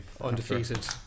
undefeated